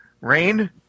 rain